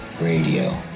radio